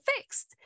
fixed